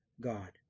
god